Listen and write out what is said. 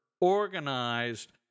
organized